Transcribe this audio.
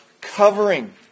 covering